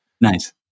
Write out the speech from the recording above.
nice